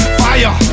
fire